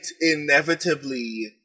inevitably